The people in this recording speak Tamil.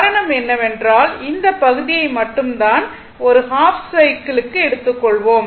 காரணம் என்னவென்றால் இந்த பகுதியை மட்டும் தான் ஒரு ஹாஃப் சைக்கிள்க்கு எடுத்துக்கொள்வோம்